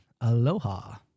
Aloha